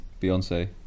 Beyonce